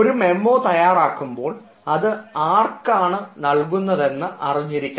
ഒരു മെമ്മോ തയ്യാറാക്കുമ്പോൾ അത് ആർക്കാണ് നൽകുന്നതെന്ന് അറിഞ്ഞിരിക്കണം